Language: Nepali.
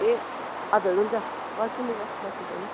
ए हजुर हुन्छ गर्छु नि म नसुर्ताउनु